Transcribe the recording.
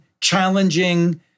challenging